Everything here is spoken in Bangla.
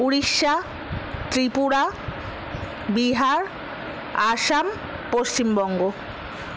উড়িষ্যা ত্রিপুরা বিহার আসাম পশ্চিমবঙ্গ